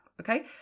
okay